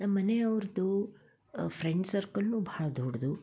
ನಮ್ಮ ಮನೆಯವ್ರದ್ದು friend circle ಬಹಳ ದೊಡ್ಡದು